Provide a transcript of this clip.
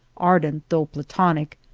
ardent though platonic,